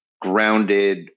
grounded